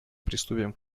приступим